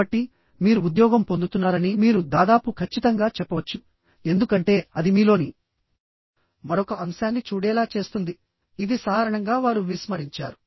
కాబట్టి మీరు ఉద్యోగం పొందుతున్నారని మీరు దాదాపు ఖచ్చితంగా చెప్పవచ్చు ఎందుకంటే అది మీలోని మరొక అంశాన్ని చూడేలా చేస్తుంది ఇది సాధారణంగా వారు విస్మరించారు